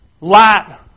Light